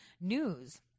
news